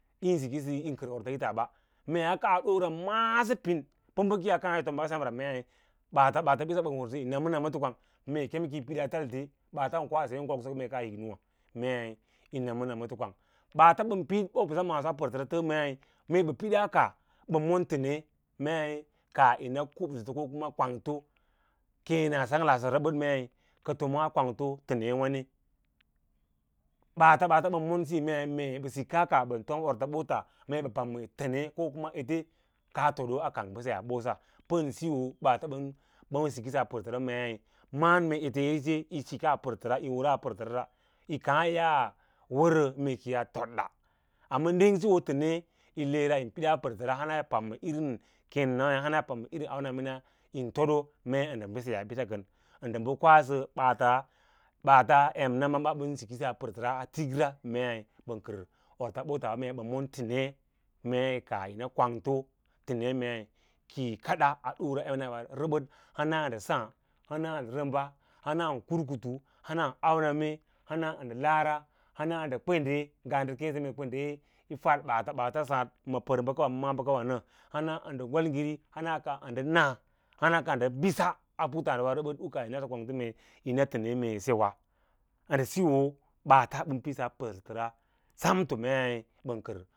Yín siki sə yó tom orta ꞌits ɓa mee n kaa ɗoora ma’asə pín pə bə ki yi yag kaã yí tom ba semra ɓaata ɓaats bíss ɓən wərsə yi namo namo to kwang mei kem kəi pídas taltc ɓaats ɓən ko baa seẽ goksok meeka hí nǔwǎ meí yi namo namoto kwang ɓaats ɓən pídas pərtərs ɓoɓosa tə maaso mee kaah yina kusutu ko kuma kwangto keẽna sanglasa rebəd a kwangto tənewǎ mi, ɓaats-ɓaats ɓən mon síyo meeɓə sikaa kaa ɓə tom orts bots ɓən mon tene kokuma ete kaa toɗo a kang mbəseyaa biss pən siyo ɓaats ɓən siki saa pərtərawa mee maꞌa’n ete ete yi sikas pərtəra ra yi kaã yaa fodda ama díng siiyo təne yi le ra yii pídaa pərtəra nga hana yi pamna irin keẽnonays` hana yi panma írin aunamenays yín toɗo ndə mbəseyan ɓiss kən ən siyo kwasə ɓaats emnabs ɓən siki sas pərtərawa a tirkrs meu ɓən kər ortsɓotawa mee tene mei kiyi kada a dura emnara ɓa rəɓəd hana ndə sǎǎ hana ndə ramba hanan karkutu, hanan auna̍me, hanan lara hanan ndə kwehɗe ngaa ndə keẽ mee kwende yi fəd ɓaats-ɓaatan sǎǎd ma pər bəkawa ma mala bəkawa nə hana ka ndə gwalgire hanah na hana kanbiss a puttǎǎɗiwa u kaah yi nasə kwangto mee yise wa ə ndə siyo ɓaata pidas pərtərs nee ɓə kər orts ɓots ɓa.